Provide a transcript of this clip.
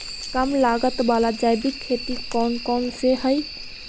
कम लागत वाला जैविक खेती कौन कौन से हईय्य?